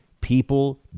People